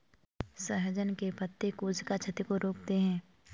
सहजन के पत्ते कोशिका क्षति को रोकते हैं